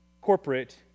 corporate